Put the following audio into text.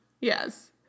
Yes